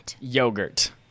yogurt